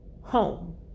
home